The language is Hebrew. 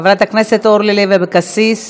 חברת הכנסת אורלי לוי אבקסיס.